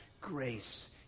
grace